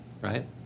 Right